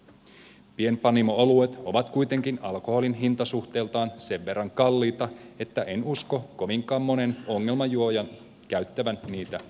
pienpanimo oluet ovat kuitenkin alkoholin hintasuhteeltaan sen verran kalliita että en usko kovinkaan monen ongelmajuojan käyttävän niitä juodessaan